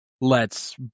lets